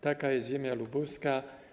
Taka jest ziemia lubuska.